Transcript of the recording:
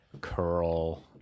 curl